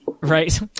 Right